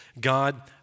God